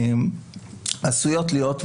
עשויות להיות,